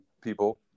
people